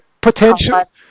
potential